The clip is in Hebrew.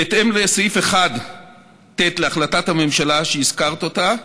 בהתאם לסעיף 1ט' להחלטת הממשלה, שהזכרת אותה,